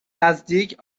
نزدیک